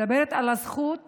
היא מדברת על הזכות